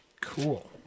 Cool